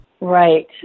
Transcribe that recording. Right